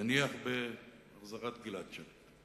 נניח בהחזרת גלעד שליט,